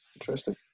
Interesting